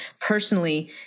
personally